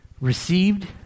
received